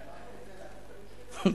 אמן.